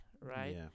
right